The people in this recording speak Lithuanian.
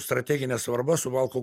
strateginė svarba suvalkų